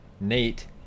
Nate